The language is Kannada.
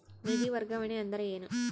ನಿಧಿ ವರ್ಗಾವಣೆ ಅಂದರೆ ಏನು?